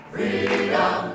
Freedom